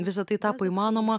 visa tai tapo įmanoma